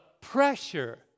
pressure